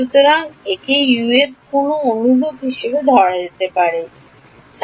সুতরাং যে U অনুরূপ কোন এক